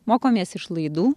mokomės iš laidų